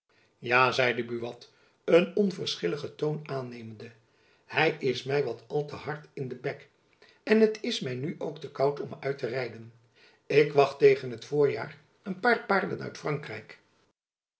ja zeide buat een onverschilligen toon aannemende hy is my wat al te hard in den bek en het jacob van lennep elizabeth musch is my nu ook te koud om uit te rijden ik wacht tegen t voorjaar een paar paarden uit frankrijk